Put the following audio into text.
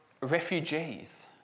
refugees